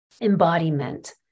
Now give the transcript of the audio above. embodiment